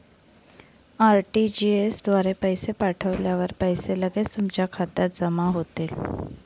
RTGS द्वारे पैसे पाठवल्यावर पैसे लगेच तुमच्या खात्यात जमा होतील